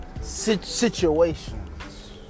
situations